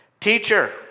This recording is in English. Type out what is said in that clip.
Teacher